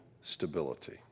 stability